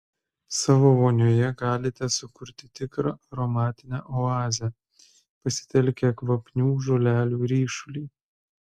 savo vonioje galite sukurti tikrą aromatinę oazę pasitelkę kvapnių žolelių ryšulį